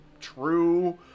true